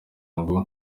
ngo